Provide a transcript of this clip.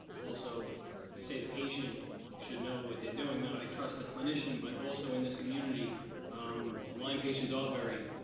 also you say the patient should know what they're doing. now i trust the clinician, but also in this community lyme patients are very